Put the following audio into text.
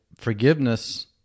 Forgiveness